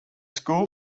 school